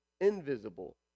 invisible